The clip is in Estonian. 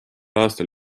aastal